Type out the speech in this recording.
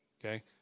okay